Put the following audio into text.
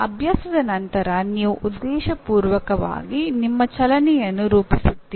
ಆ ಅಭ್ಯಾಸದ ನಂತರ ನೀವು ಉದ್ದೇಶಪೂರ್ವಕವಾಗಿ ನಿಮ್ಮ ಚಲನೆಯನ್ನು ರೂಪಿಸುತ್ತೀರಿ